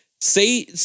say